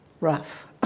rough